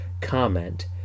comment